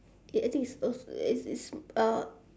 eh I think it's it's it's uh